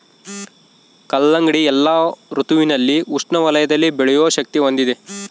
ಕಲ್ಲಂಗಡಿ ಎಲ್ಲಾ ಋತುವಿನಲ್ಲಿ ಉಷ್ಣ ವಲಯದಲ್ಲಿ ಬೆಳೆಯೋ ಶಕ್ತಿ ಹೊಂದಿದೆ